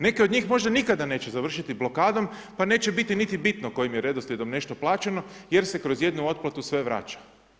Neke od njih možda nikada neće završiti blokadom pa neće biti niti bitno kojim je redoslijedom nešto plaćeno jer se kroz jednu otplatu sve vraća.